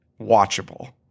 watchable